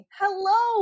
hello